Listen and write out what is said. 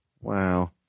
Wow